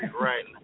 right